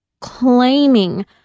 claiming